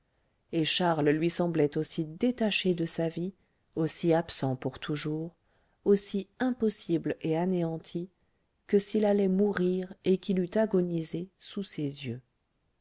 et charles lui semblait aussi détaché de sa vie aussi absent pour toujours aussi impossible et anéanti que s'il allait mourir et qu'il eût agonisé sous ses yeux